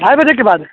ڈھائی بجے کے بعد